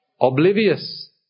Oblivious